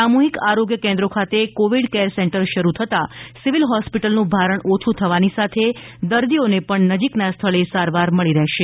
સામૂહિક આરોગ્ય કેન્દ્રો ખાતે કોવિડ કેર સેન્ટર શરૂ થતાં સિવિલ હોસ્પિટલનું ભારણ ઓછું થવાની સાથે દદીઓને પણ નજીકના સ્થળે સારવાર મળી રહેશે